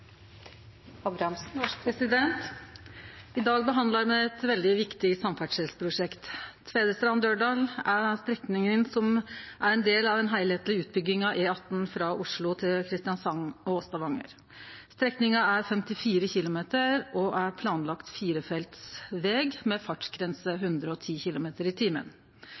som er ein del av ei heilskapleg utbygging av E18 frå Oslo til Kristiansand og Stavanger. Strekninga er 54 km lang og er planlagd som firefelts veg med fartsgrense 110 km/t.